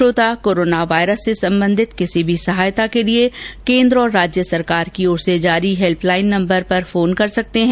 श्रोता corona virus से संबंधित किसी भी सहायता के लिए केन्द्र और राज्य की ओर से जारी हेल्प लाइन नम्बर पर फोन कर सकते हैं